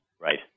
Right